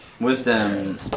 Wisdom